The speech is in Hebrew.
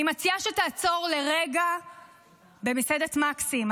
אני מציעה שתעצור לרגע במסעדת מקסים.